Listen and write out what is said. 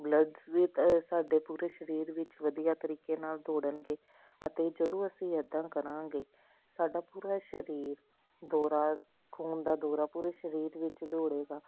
blood ਵੀ ਤਾਂ ਸਾਡੇ ਪੂਰੇ ਸਰੀਰ ਵਿੱਚ ਵਧੀਆ ਤਰੀਕੇ ਨਾਲ ਦੌੜਨਗੇ ਅਤੇ ਜਦੋਂ ਅਸੀਂ ਇੱਦਾਂ ਕਰਾਂਗੇ ਸਾਡਾ ਪੂਰਾ ਸਰੀਰ ਦੌਰਾ ਖੂਨ ਦਾ ਦੌਰਾ ਪੂਰੇ ਸਰੀਰ ਵਿੱਚ ਦੋੜੇਗਾ